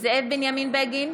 זאב בנימין בגין,